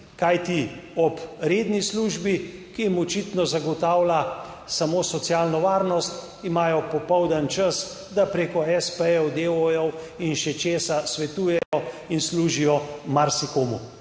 kajti ob redni službi, ki jim očitno zagotavlja samo socialno varnost, imajo popoldan čas, da preko espejev, deoojev in še česa svetujejo in služijo marsikomu,